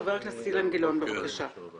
חבר הכנסת אילן גילאון, בבקשה.